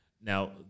Now